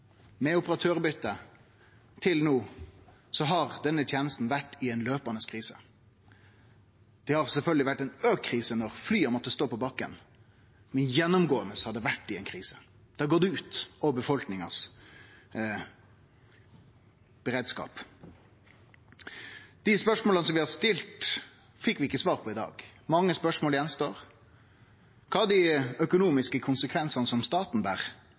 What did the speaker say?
med operatørbyte, til no, har denne tenesta vore i ei løpande krise. Det har sjølvsagt vore ei auka krise når fly har måtta stå på bakken, men gjennomgåande har det vore i ei krise. Det har gått ut over beredskapen til befolkninga. Dei spørsmåla som vi har stilt, fekk vi ikkje svar på i dag. Mange spørsmål står att: Kva er dei økonomiske konsekvensane som staten ber